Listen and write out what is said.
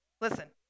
Listen